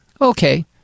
Okay